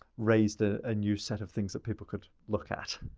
raised ah a new set of things that people could look at.